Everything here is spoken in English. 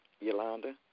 Yolanda